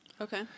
Okay